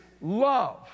love